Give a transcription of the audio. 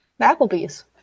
applebee's